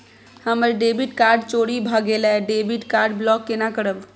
हमर debit card चोरी भगेलै डेबिट कार्ड ब्लॉक केना करब?